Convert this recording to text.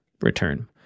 return